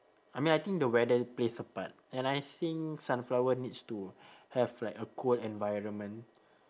I mean I think the weather plays a part and I think sunflower needs to have like a cold environment